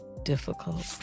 Difficult